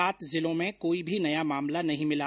सात जिलों में कोई भी नया मामला नहीं भिला